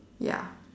ya